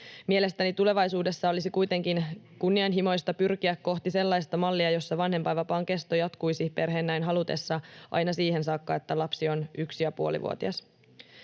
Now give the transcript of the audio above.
Mielestäni tulevaisuudessa olisi kuitenkin kunnianhimoista pyrkiä kohti sellaista mallia, jossa vanhempainvapaan kesto jatkuisi perheen näin halutessa aina siihen saakka, että lapsi on yksi- ja puolivuotias.